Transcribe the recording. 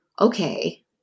okay